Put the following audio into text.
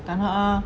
tak nak ah